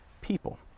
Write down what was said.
people